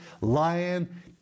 lion